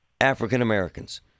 African-Americans